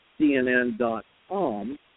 CNN.com